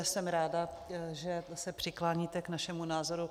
Jsem ráda, že se přikláníte k našemu názoru.